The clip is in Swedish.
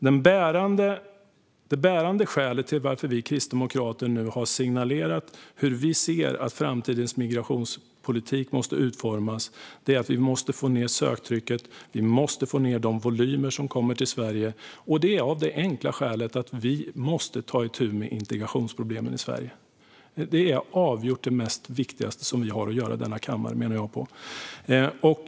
Det bärande skälet till att vi kristdemokrater nu har signalerat hur vi anser att framtidens migrationspolitik ska utformas är dock att vi måste få ned söktrycket. Vi måste få ned de volymer som kommer till Sverige, och det av det enkla skälet att vi måste ta itu med integrationsproblemen i Sverige. Det är avgjort det viktigaste vi har att göra i denna kammare, menar jag.